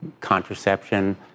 contraception